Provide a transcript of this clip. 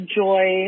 joy